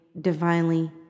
divinely